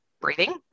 breathing